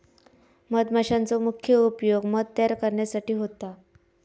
मधमाशांचो मुख्य उपयोग मध तयार करण्यासाठी होता